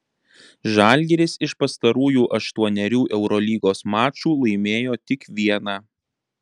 žalgiris iš pastarųjų aštuonerių eurolygos mačų laimėjo tik vieną